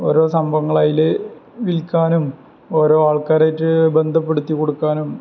ഓരോ സംഭങ്ങളതില് വിൽക്കാനും ഓരോ ആൾക്കാരായിട്ട് ബന്ധപ്പെടുത്തി കൊടുക്കാനും